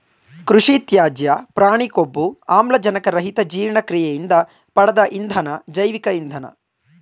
ಕೃಷಿತ್ಯಾಜ್ಯ ಪ್ರಾಣಿಕೊಬ್ಬು ಆಮ್ಲಜನಕರಹಿತಜೀರ್ಣಕ್ರಿಯೆಯಿಂದ ಪಡ್ದ ಇಂಧನ ಜೈವಿಕ ಇಂಧನ